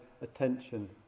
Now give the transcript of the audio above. attention